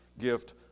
gift